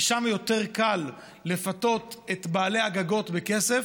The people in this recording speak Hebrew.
כי שם יותר קל לפתות את בעלי הגגות בכסף.